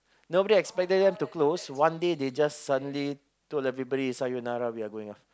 nobody expected them to close one day they just suddenly told everybody sayonara we are going off